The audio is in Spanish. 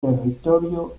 territorio